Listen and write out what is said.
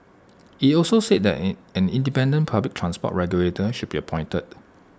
IT also said that an an independent public transport regulator should be appointed